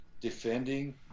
defending